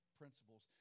principles